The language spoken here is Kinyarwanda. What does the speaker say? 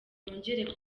yongere